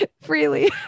Freely